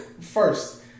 first